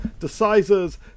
decisors